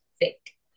fake